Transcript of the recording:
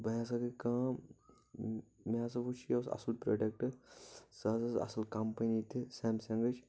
بیٚیہِ ہسا گٔے کٲم مےٚ ہسا وٕچھ یہِ اوس اصل پروڈیکٹ سُہ حظ اوس اصل کمپنی تہِ سیمسنگٕچ